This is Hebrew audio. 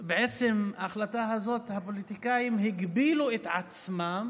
בעצם בהחלטה הזאת הפוליטיקאים הגבילו את עצמם